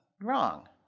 wrong